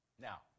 Now